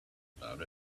about